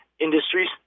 industries